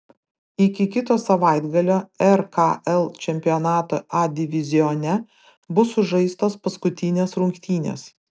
iki kito savaitgalio rkl čempionato a divizione bus sužaistos paskutinės rungtynės